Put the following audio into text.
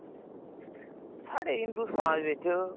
साढ़े हिंदु समाज बिच